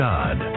God